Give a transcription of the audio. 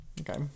Okay